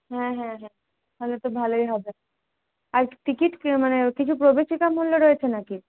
হ্যাঁ হ্যাঁ হ্যাঁ তাহলে তো ভালোই হবে আর টিকিট কী মানে কিছু প্রবেশিকা মূল্য রয়েছে না কি